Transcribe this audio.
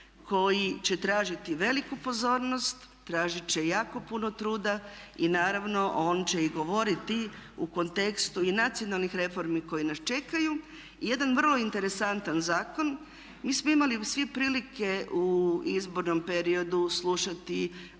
koji će tražiti veliku pozornost, tražiti će jako puno truda i naravno on će i govoriti u kontekstu i nacionalnih reformi koje nas čekaju. I jedan vrlo interesantan zakon, mi smo imali svi prilike u izbornom periodu slušati